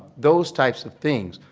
those types of things.